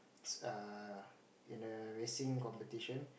err in the racing competition